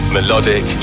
Melodic